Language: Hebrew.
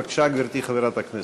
בבקשה, גברתי חברת הכנסת.